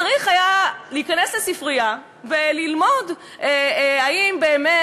צריך היה להיכנס לספרייה וללמוד אם באמת